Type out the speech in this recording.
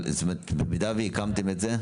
אבל במידה שהקמתם את זה?